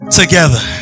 together